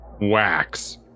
wax